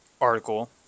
article